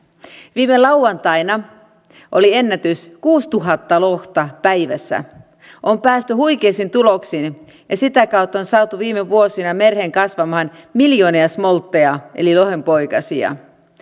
viime lauantaina oli ennätys kuusituhatta lohta päivässä on päästy huikeisiin tuloksiin ja sitä kautta on saatu viime vuosina mereen kasvamaan miljoonia smoltteja eli lohenpoikasia